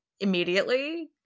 immediately